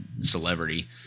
celebrity